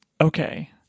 okay